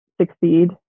succeed